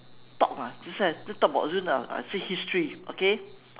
talk lah that's why just talk about june ah I say history okay